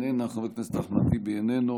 איננה,